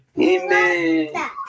Amen